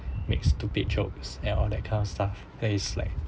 make stupid jokes and all that kind of stuff there is like